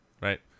right